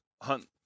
hunt